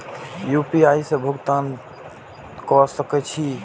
UPI से भुगतान क सके छी?